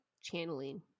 channeling